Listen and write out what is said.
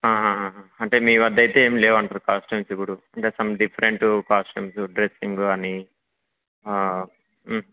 అంటే మీ వద్ద అయితే ఏం లేవంటారు కాస్ట్యూమ్స్ ఇప్పుడు అంటే సమ్ డిఫరెంట్ కాస్ట్యూమ్స్ డ్రస్సింగ్ కానీ